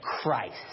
Christ